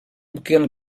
pequeno